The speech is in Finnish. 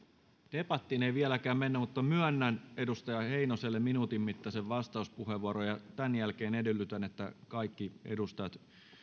debattiin ei vieläkään mennä mutta myönnän edustaja heinoselle minuutin mittaisen vastauspuheenvuoron tämän jälkeen edellytän että kaikki edustajat